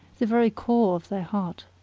the very core of thy heart.